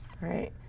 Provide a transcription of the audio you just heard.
Right